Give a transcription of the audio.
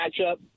matchup